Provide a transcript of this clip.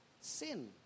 Sin